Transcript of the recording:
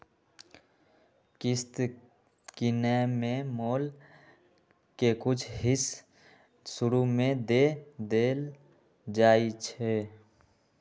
किस्त किनेए में मोल के कुछ हिस शुरू में दे देल जाइ छइ